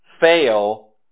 fail